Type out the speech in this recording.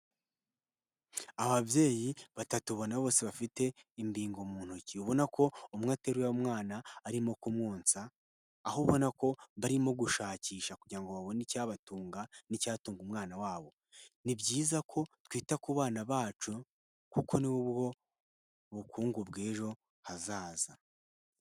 Ababyeyi batatu ubona bose bafite imbingo mu ntoki, ubona ko umwe ateruye umwana arimo kumwonsa, aho ubona ko barimo gushakisha kugira ngo babone icyabatunga n'icyatunga umwana wabo, ni byiza ko twita ku bana bacu kuko nibwo bukungu bw'ejo hazaza.